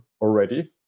already